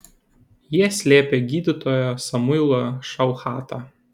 jie slėpė gydytoją samuilą šauchatą